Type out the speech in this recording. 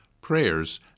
prayers